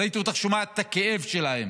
ראיתי אותך שומעת את הכאב שלהם,